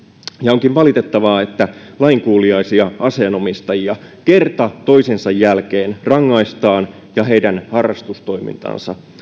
onkin valitettavaa että lainkuuliaisia aseen omistajia kerta toisensa jälkeen rangaistaan ja heidän harrastustoimintaansa